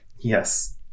yes